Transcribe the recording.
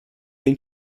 den